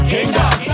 Kingdom